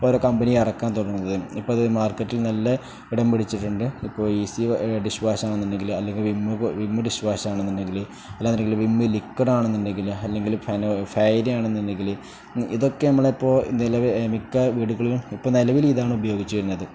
ഓരോ കമ്പനി ഇറക്കാൻ തുടങ്ങുന്നത് ഇപ്പം അത് മാർക്കറ്റിൽ നല്ല ഇടം പിടിച്ചിട്ടുണ്ട് ഇപ്പോൾ ഈസി ഡിഷ് വാഷ് ആണെന്നുണ്ടെങ്കിൽ അല്ലെങ്കിൽ വിമ്മു വിമ്മു ഡിഷ് വാഷ് ആണെന്നുണ്ടെങ്കിൽ അല്ലാന്നുണ്ടെങ്കിൽ വിമ്മ് ലിക്വിഡ് ആണെന്നുണ്ടെങ്കിൽ അല്ലെങ്കിൽ ആണെന്നുണ്ടെങ്കിൽ ഇതൊക്കെ നമ്മൾ എപ്പോൾ നിലവിൽ മിക്ക വീടുകളിലും ഇപ്പം നിലവിൽ ഇതാണ് ഉപയോഗിച്ച് വരുന്നത്